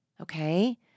okay